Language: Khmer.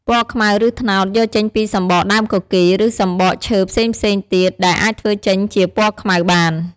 ពណ៌ខ្មៅ ឬត្នោត យកចេញពី សម្រកដើមគគីរ ឬសំបកឈើរផ្សេងៗទៀតដែលអាចធ្វើចេញជាពណ៌ខ្មៅ បាន។